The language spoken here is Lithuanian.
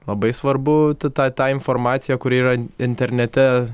labai svarbu ta tą informaciją kuri yra internete